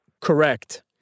Correct